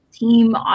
team